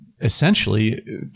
Essentially